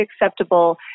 acceptable